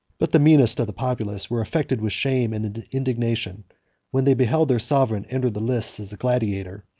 but the meanest of the populace were affected with shame and indignation when they beheld their sovereign enter the lists as a gladiator,